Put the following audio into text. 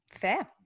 Fair